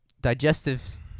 Digestive